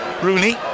Rooney